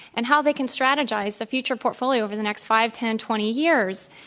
and how they can strategize the future portfolio for the next five, ten, twenty years.